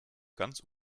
ganz